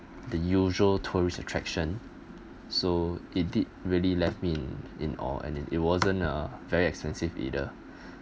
the usual tourist attraction so it did really left me in in awe and it it wasn't a very expensive either